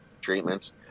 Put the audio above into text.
Treatments